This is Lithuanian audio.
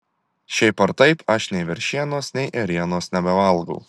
šiaip ar taip aš nei veršienos nei ėrienos nebevalgau